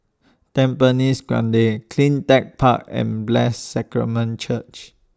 Tampines Grande CleanTech Park and Blessed Sacrament Church